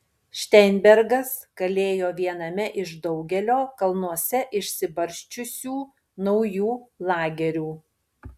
šteinbergas kalėjo viename iš daugelio kalnuose išsibarsčiusių naujų lagerių